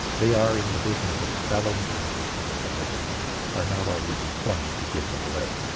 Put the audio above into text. they are in the business of selling images to make a living and are not always inclined to give them away.